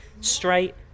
straight